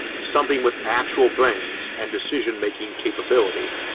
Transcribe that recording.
something with actual brains and decision-making capability.